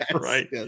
Right